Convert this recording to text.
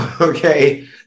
Okay